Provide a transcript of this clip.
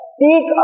seek